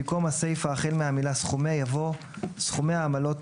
במקום הסיפה החל במילה "סכומי" יבוא "סכומי העמלות